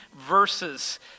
verses